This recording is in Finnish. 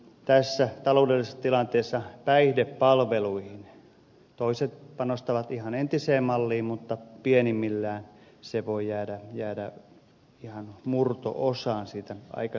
tässä taloudellisessa tilanteessa päihdepalveluihin toiset panostavat ihan entiseen malliin mutta pienimmillään panos voi jäädä ihan murto osaan siitä aikaisemmasta käytännöstä